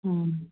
ꯎꯝ